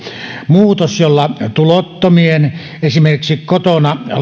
muutos jolla tulottomien esimerkiksi kotona